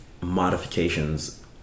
modifications